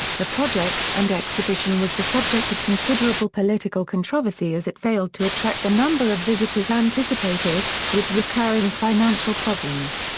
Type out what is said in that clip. the project and exhibition was the subject of considerable political controversy as it failed to attract the number of visitors anticipated, with recurring financial problems.